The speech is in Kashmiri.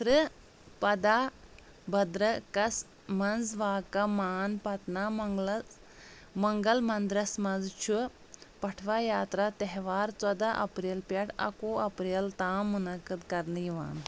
تھر پدا بدرکس منٛز واقع مان پتانا منگلا منگل منٛدرس منٛز چھُ پٹھوا یاترا تہوار ژۄدہ اپریل پٮ۪ٹھ اکوُہ اپریل تام منعقد کرنہٕ یِوان